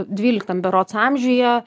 dvyliktam berods amžiuje